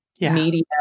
media